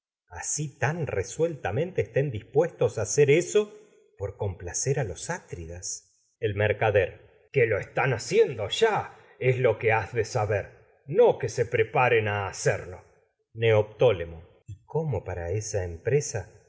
asi tan resueltamente estén dispuestos a hacer por complacer a los atridas el mercader que lo están haciendo ya es lo que se preparen has de saber no que a hacerlo se pre neoptólemo sentó ulises y cómo para esa